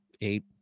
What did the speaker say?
eight